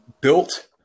built